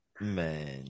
Man